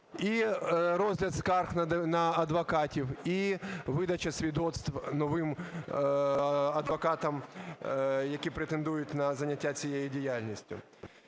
і розгляд скарг на адвокатів, і видача свідоцтв новим адвокатам, які претендують на зайняття цією діяльністю.